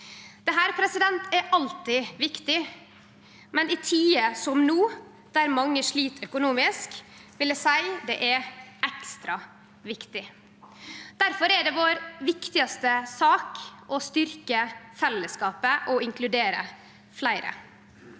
Dette er alltid viktig, men i tider som no, der mange slit økonomisk, vil eg seie det er ekstra viktig. Difor er det vår viktigaste sak å styrkje fellesskapet og inkludere fleire.